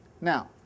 Now